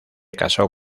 casó